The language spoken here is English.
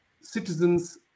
citizens